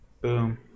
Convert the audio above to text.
Boom